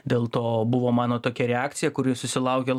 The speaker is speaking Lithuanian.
dėl to buvo mano tokia reakcija kuri susilaukė